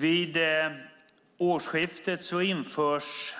Vid årsskiftet införs